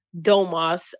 Domas